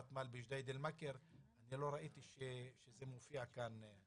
ותמ"ל בג'דיידה-מכר ואני לא ראיתי שזה מופיע כאן.